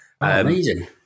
Amazing